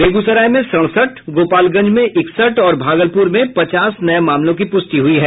बेगूसराय में सड़सठ गोपालगंज में इकसठ और भागलपुर में पचास नये मामलों की पुष्टि हुई है